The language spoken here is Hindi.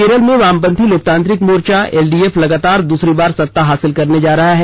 केरल में वामपंथी लोकतांत्रिक मोर्चा एलडीएफ लगातार द्रसरी बार सत्ता हासिल करने जा रहा है